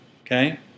Okay